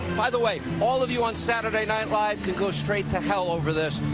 by the way, all of you on saturday night live can go straight to hell over this.